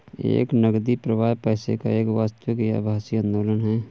एक नकदी प्रवाह पैसे का एक वास्तविक या आभासी आंदोलन है